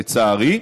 לצערי.